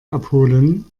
abholen